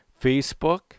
Facebook